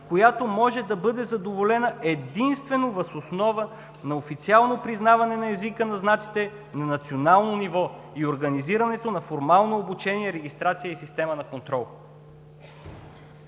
която може да бъде задоволена, единствено въз основа на официално признаване на езика на знаците на национално ниво и организирането на формално обучение, регистрация и система на контрол“.